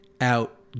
Out